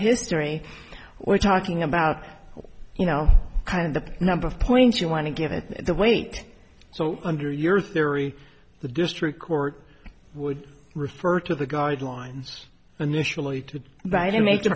history we're talking about you know kind of the number of points you want to give it the weight so under your theory the district court would refer to the guidelines nationally to